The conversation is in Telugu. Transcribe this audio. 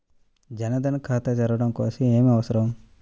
జన్ ధన్ ఖాతా తెరవడం కోసం ఏమి అవసరం?